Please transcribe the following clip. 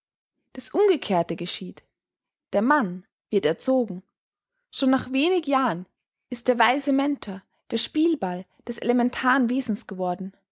das umgekehrte geschieht der mann wird erzogen schon nach wenig jahren ist der weise mentor der spielball des elementaren wesens geworden